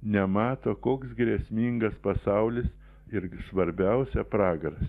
nemato koks grėsmingas pasaulis ir svarbiausia pragaras